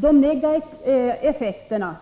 De negativa effekterna